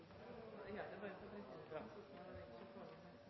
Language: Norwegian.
Det er ingen